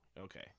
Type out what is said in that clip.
okay